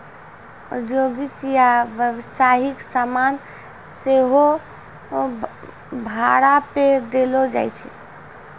औद्योगिक या व्यवसायिक समान सेहो भाड़ा पे देलो जाय छै